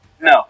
No